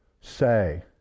say